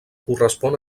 correspon